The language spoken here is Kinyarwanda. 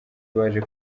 baje